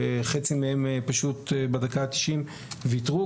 וחצי מהן פשוט בדקה ה-90 ויתרו,